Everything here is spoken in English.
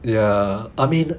ya I mean